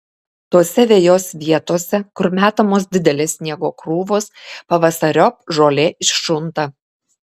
tose vejos vietose kur metamos didelės sniego krūvos pavasariop žolė iššunta